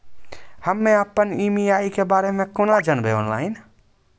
हम्मे अपन ई.एम.आई के बारे मे कूना जानबै, ऑनलाइन?